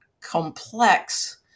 complex